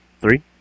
Three